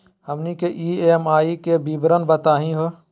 हमनी के ई.एम.आई के विवरण बताही हो?